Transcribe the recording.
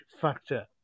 factor